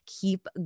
keep